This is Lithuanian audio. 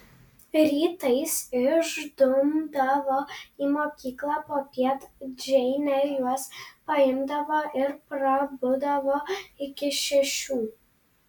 rytais išdumdavo į mokyklą popiet džeinė juos paimdavo ir prabūdavo iki šešių